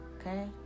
Okay